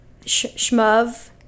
shmuv